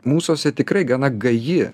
mūsuose tikrai gana gaji